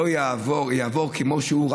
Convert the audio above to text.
יעבור כמו שהוא,